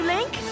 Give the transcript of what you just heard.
Link